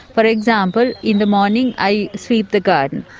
but example in the morning i sweep the garden.